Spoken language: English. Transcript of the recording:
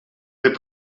their